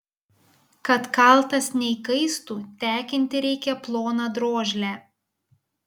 kad kaltas neįkaistų tekinti reikia ploną drožlę